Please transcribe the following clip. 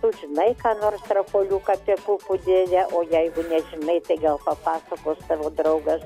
tu žinai ką nors rapoliuk apie pupų dėdę o jeigu nežinai tai gal papasakos tavo draugas